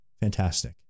fantastic